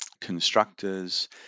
constructors